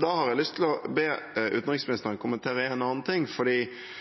Da har jeg lyst til å be utenriksministeren om å kommentere en annen ting,